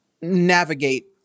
navigate